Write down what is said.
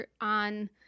on